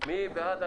מי בעד?